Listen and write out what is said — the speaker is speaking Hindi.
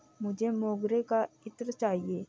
मुझे मोगरे का इत्र चाहिए